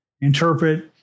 interpret